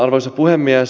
arvoisa puhemies